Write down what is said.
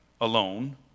alone